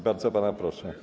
Bardzo pana proszę.